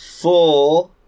four